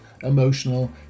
emotional